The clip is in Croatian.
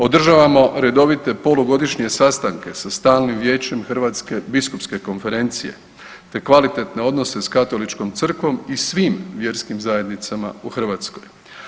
Održavamo redovite polugodišnje sastanke sa Stalnim vijećem Hrvatske biskupske konferencije te kvalitetne odnose s Katoličkom crkvom i svim vjerskim zajednicama u Hrvatskoj.